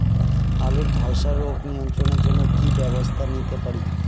আলুর ধ্বসা রোগ নিয়ন্ত্রণের জন্য কি কি ব্যবস্থা নিতে পারি?